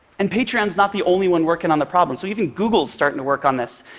and patreon's not the only one working on the problem. so even google's starting to work on this.